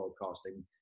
broadcasting